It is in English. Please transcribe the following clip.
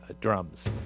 drums